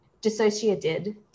Dissociated